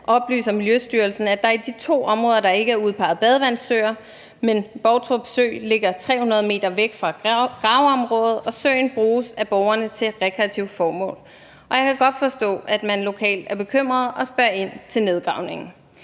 oplyser Miljøstyrelsen, at der i de to områder ikke er udpeget badevandssøer, men Boutrup Sø ligger 300 m væk fra graveområdet, og søen bruges af borgerne til rekreative formål. Jeg kan godt forstå, at man lokalt er bekymret og spørger ind til nedgravningen.